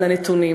על הנתונים,